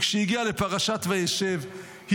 כשהגיעה לפרשת וישב,